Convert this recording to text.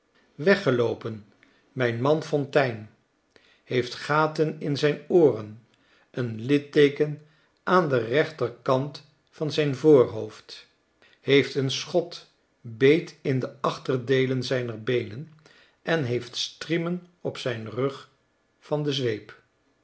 weggeloopen mijn man fontein heeft gaten in zijn ooren een litteeken aan den rechterkant van zijn voorhoofd heeft een schot beet in de achterdeelen zijner beenen en heeft striemen op zijn rug van de zweep